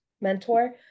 mentor